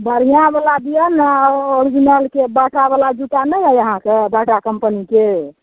बढ़िआँवला दिअऽ ने ओरिजिनलके बाटावला जुत्ता नहि यऽ अहाँकेँ बाटा कम्पनीके